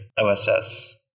OSS